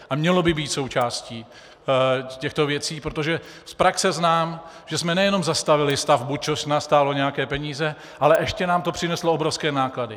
A mělo by být součástí těchto věcí, protože z praxe znám, že jsme nejenom zastavili stavbu, což nás stálo nějaké peníze, ale ještě nám to přineslo obrovské náklady.